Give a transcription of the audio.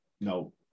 No